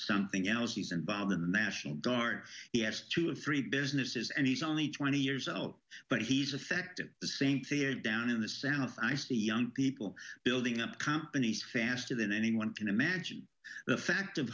something else he's and bob in the national guard he has two or three businesses and he's only twenty years old but he's affected the same down in the center i see young people building up companies faster than anyone can imagine the fact of